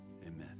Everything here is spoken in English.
Amen